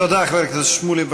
תודה, חבר הכנסת שמולי.